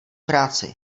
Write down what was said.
práci